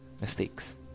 mistakes